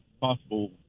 possible